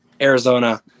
arizona